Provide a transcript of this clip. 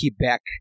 Quebec